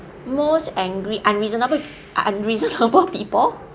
most angry unreasonable unreasonable people